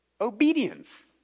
obedience